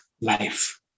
life